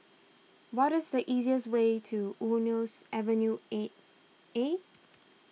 what is the easiest way to Eunos Avenue eight A